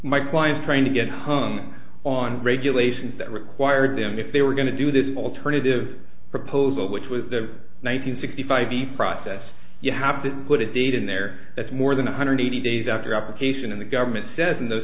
my client trying to get home on regulations that required them if they were going to do this alternative proposal which was the one hundred sixty five b process you have to put a date in there that's more than one hundred eighty days after application in the government says in th